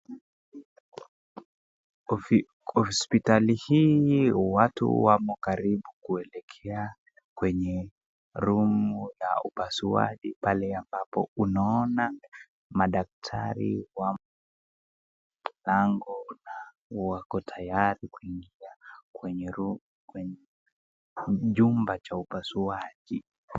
Hospitali hii watu wamo karibu kuelekea kwenye room ya ipasuaji kule ambapo unaona madaktari wako tayari kuingia kwenye chumba cha ipasuaji.